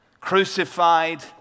crucified